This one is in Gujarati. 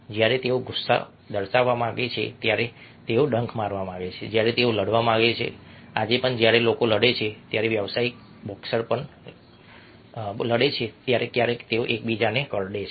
જ્યારે તેઓ ગુસ્સો દર્શાવવા માંગે છે જ્યારે તેઓ ડંખ મારવા માંગે છે જ્યારે તેઓ લડવા માંગે છે આજે પણ જ્યારે લોકો લડે છે વ્યાવસાયિક બોક્સર પણ લડે છે ક્યારેક તેઓ એકબીજાને કરડે છે